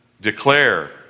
declare